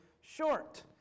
short